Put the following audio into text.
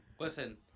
Listen